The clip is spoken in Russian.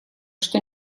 что